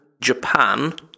Japan